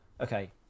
okay